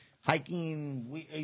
hiking